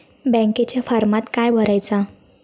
बँकेच्या फारमात काय भरायचा?